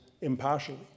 impartially